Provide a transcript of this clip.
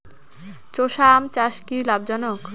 চোষা আম চাষ কি লাভজনক?